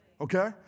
Okay